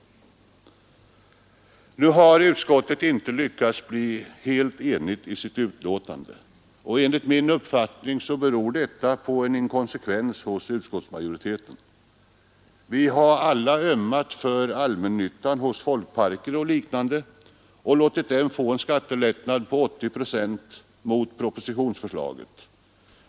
mm. Utskottet har inte lyckats bli helt enigt i sitt betänkande. Enligt min uppfattning beror detta på en inkonsekvens hos utskottsmajoriteten. Vi har alla ömmat för allmännyttan hos folkparker och liknande och låtit dem få en skattelättnad på 80 procent mot propositionens förslag.